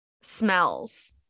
smells